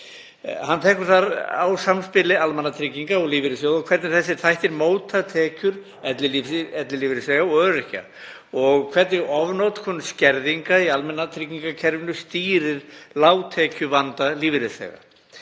Hann tekur þar á samspili almannatrygginga og lífeyrissjóða, hvernig þeir þættir móta tekjur ellilífeyrisþega og öryrkja og hvernig ofnotkun skerðinga í almannatryggingakerfinu stýrir lágtekjuvanda lífeyrisþega.